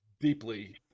deeply